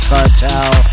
Cartel